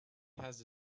has